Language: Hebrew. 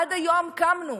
עד היום קמנו,